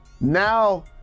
now